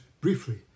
briefly